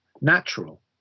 natural